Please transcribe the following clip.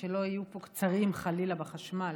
שלא יהיו פה קצרים, חלילה, בחשמל.